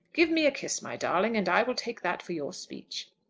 give me a kiss, my darling, and i will take that for your speech.